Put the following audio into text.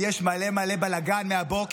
יש מלא מלא בלגן פה מהבוקר,